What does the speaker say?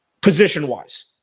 position-wise